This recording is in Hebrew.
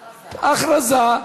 הכרזה,